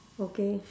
okay